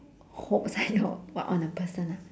hopes and your what on a person lah